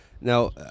Now